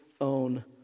own